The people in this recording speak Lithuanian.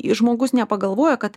jei žmogus nepagalvoja kad